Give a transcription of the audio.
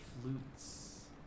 flutes